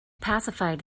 pacified